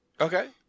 Okay